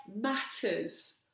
matters